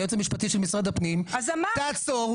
היועץ המשפטי של משרד הפנים: תעצור.